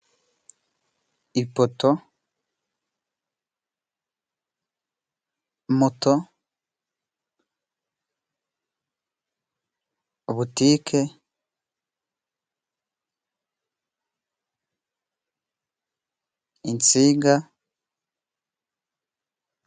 Ipoto, moto, butike, insinga.